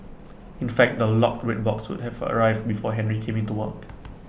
in fact the locked red box would have arrive before Henry came in to work